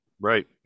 right